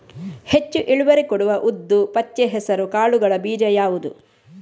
ಹೆಚ್ಚು ಇಳುವರಿ ಕೊಡುವ ಉದ್ದು, ಪಚ್ಚೆ ಹೆಸರು ಕಾಳುಗಳ ಬೀಜ ಯಾವುದು?